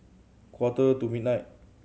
quarter to midnight